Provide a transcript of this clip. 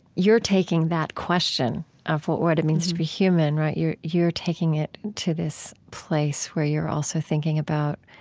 you're taking that question of what it it means to be human, right? you're you're taking it to this place where you're also thinking about